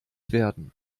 werden